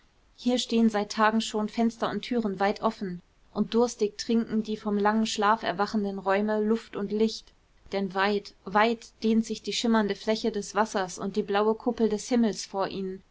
hier stehen seit tagen schon fenster und türen weit offen und durstig trinken die vom langen schlaf erwachenden räume luft und licht denn weit weit dehnt sich die schimmernde fläche des wassers und die blaue kuppel des himmels vor ihnen